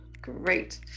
Great